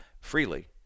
freely